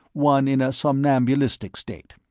one in a somnambulistic state.